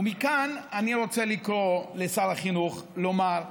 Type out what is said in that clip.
ומכאן אני רוצה לקרוא לשר החינוך ולומר: